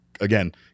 again